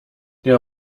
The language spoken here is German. der